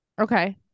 Okay